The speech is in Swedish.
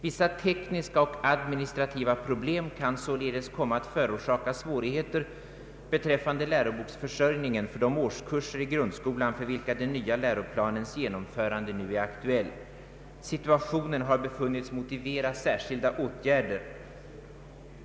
Vissa tekniska och administrativa problem kan således komma att förorsaka svårigheter beträffande läroboksförsörjningen för de årskurser i grundskolan, för vilka den nya läroplanens genomförande nu är aktuell. Situationen har befunnits motivera särskilda åtgärder.